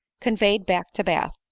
conveyed back to bath.